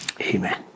Amen